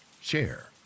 share